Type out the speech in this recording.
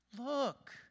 Look